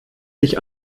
sich